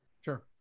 Sure